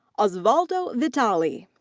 ah so osvaldo vitali.